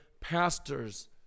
pastors